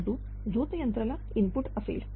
परंतु झोतयंत्रला इनपुट असेल